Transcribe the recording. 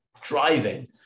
driving